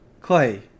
Clay